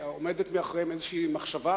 עומדת מאחוריהם איזושהי מחשבה,